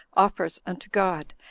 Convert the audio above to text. offers unto god,